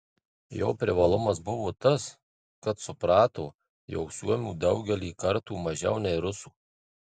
jo privalumas buvo tas kad suprato jog suomių daugelį kartų mažiau nei rusų